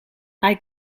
hij